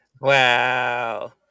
Wow